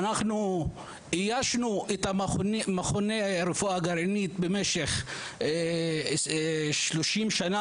איישנו את מכוני הרפואה הגרעינית במשך 30 שנה,